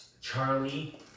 Charlie